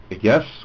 Yes